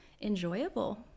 enjoyable